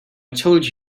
told